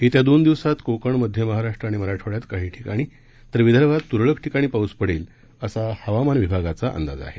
येत्या दोन दिवसांत कोकण मध्य महाराष्ट्र आणि मराठवाड्यात काही ठिकाणी तर विदर्भात तुरळक ठिकाणी पाऊस पडेल असा हवामान विभागाचा अंदाज आहे